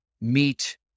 meet